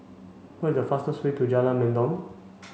what is the fastest way to Jalan Mendong